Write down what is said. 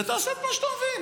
ותעשה מה שאתה מבין.